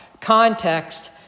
context